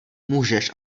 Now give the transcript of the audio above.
můžeš